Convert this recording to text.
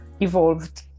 evolved